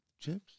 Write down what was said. Chips